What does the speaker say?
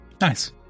Nice